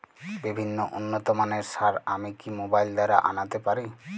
বিভিন্ন উন্নতমানের সার আমি কি মোবাইল দ্বারা আনাতে পারি?